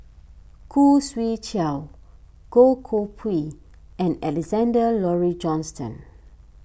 Khoo Swee Chiow Goh Koh Pui and Alexander Laurie Johnston